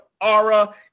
aura